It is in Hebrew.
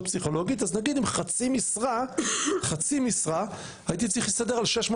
פסיכולוגית; אז הייתי צריך להסתדר עם חצי משרה,